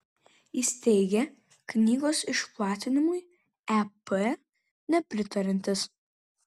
jis teigė knygos išplatinimui ep nepritariantis